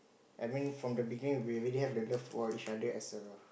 I mean from the beginning we already have the love for each other as a